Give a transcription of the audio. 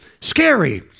scary